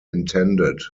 intended